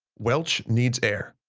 welch needs air.